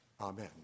Amen